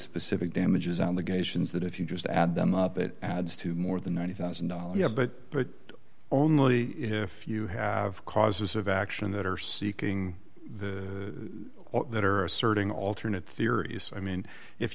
specific damages on the geishas that if you just add them up it adds to more than ninety thousand dollars yes but but only if you have causes of action that are seeking the that are asserting alternate theories i mean if